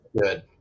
good